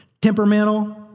Temperamental